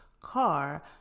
car